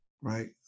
right